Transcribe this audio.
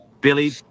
Billy